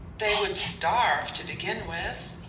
they would starve, to begin with.